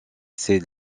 sait